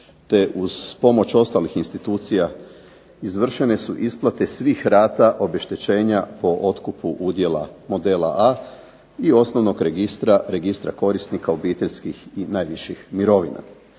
te uz pomoć ostalih institucija izvršene su isplate svih rata obeštećenja po otkupu udjela "modela A" i osnovnog registra, registra korisnika obiteljski i najviših mirovina,